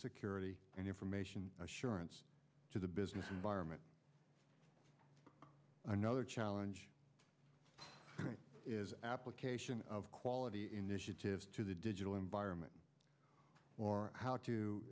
security and information assurance to the business environment another challenge is application of quality initiatives to the digital environment or how to